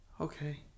Okay